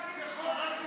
זה גזענות נגד חרדים.